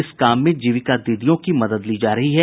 इस काम में जीविका दीदीयों की मदद ली जा रही है